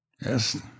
Yes